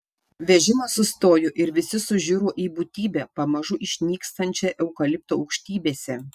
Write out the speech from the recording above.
vežimas sustojo ir visi sužiuro į būtybę pamažu išnykstančią eukalipto aukštybėse